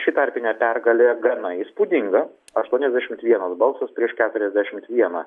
ši tarpinė pergalė gana įspūdinga aštuoniasdešimt vienas balsas prieš keturiasdešimt vieną